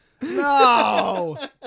No